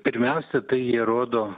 pirmiausia tai jie rodo